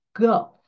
Go